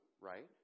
right